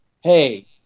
hey